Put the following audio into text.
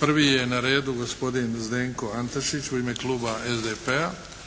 prvi je na redu gospodin Zdenko Antešić u ime kluba SDP-a,